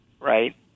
right